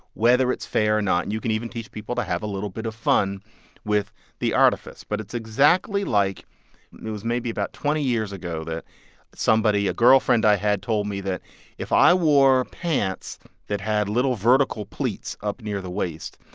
whether it's fair or not. and you can even teach people to have a little bit of fun with the artifice. but it's exactly like it was maybe about twenty years ago that somebody a girlfriend i had told me that if i wore pants that had little vertical pleats up near the waist,